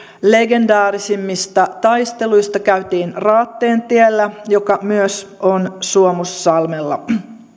legendaarisimmista taisteluista käytiin raatteentiellä joka myös on suomussalmella